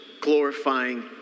glorifying